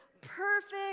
perfect